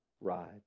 ride